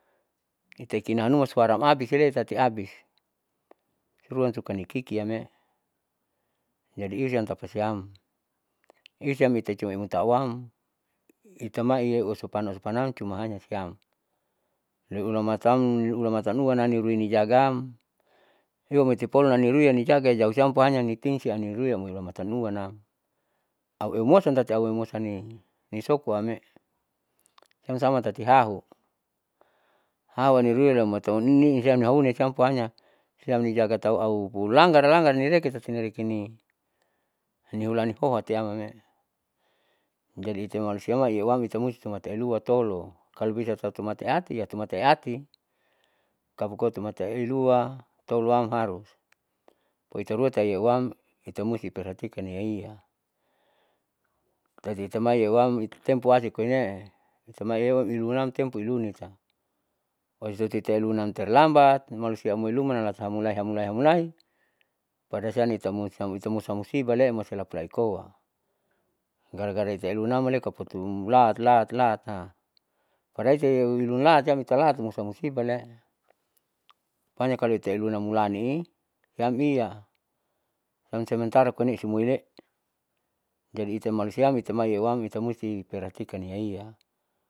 Itakinehanuma suara abisile tati abis ruan tukani kikitamee jadi iusiam tapasiam iusiam cumaiteunimoto auam itamai yeuusupan usupanam cumahanyasiam loiulmataam niulamata luana rinui nijagaam ewanatipolun imairui ianijaga nijauiham pohanya nisimta lhurui lahulamata ruanam aueumosan tati auewumosan lani nisokuame, siam sama tati hahu haunam iuruilaumata sonisim nihaunisiam pohanya siam nijaga taau pulangar langar nireki tati rekeni nihulani poatiam mee jadi iteumalusiam maieuwam itamusti luma euatolo kalobisa emataiati emataiati kabakoa tumata ielun lua toloam harus poitarua tauniyeuam itamusti iperhatikam iyaiya, jadi itama iyeuam tempoasi koinee itamai iyeuam iluanam tempo ilunita oisatirenam ilunam terlambat malusia amoilumannam hamulai hamula hamulai padasiamitamusam musiba malusia lapulai koa gara gara italenuman potu mulaat laat laatam padah itaieunlaat siam italaat malusiam musibale panya ikalu iluniamulani siam ia amsementara koine amoile jadi itale malusiam itamai iyeuam itamusti perhatikan iniaia.